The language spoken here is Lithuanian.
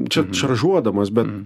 čia šaržuodamas bet